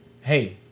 hey